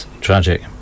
tragic